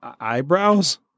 eyebrows